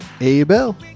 Abel